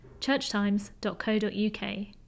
churchtimes.co.uk